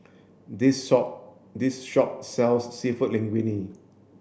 this this shop sells Seafood Linguine